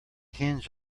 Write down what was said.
hinge